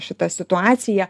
šita situacija